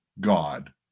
God